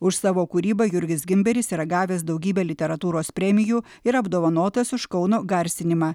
už savo kūrybą jurgis gimberis yra gavęs daugybę literatūros premijų ir apdovanotas už kauno garsinimą